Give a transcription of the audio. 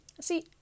See